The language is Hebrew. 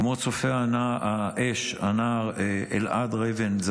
כמו צופה האש הנער אלעד ריבן,